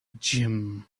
gym